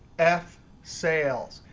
f sales.